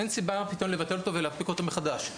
אין סיבה פתאום לבטל אותו ולהנפיק אותו מחדש.